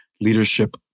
Leadership